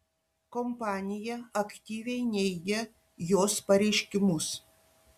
kompanija aktyviai neigia jos pareiškimus